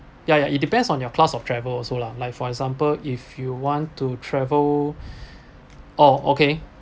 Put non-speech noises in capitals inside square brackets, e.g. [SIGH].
ya ya it depends on your class of travel also lah like for example if you want to travel [BREATH] oh okay